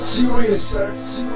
Serious